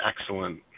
excellent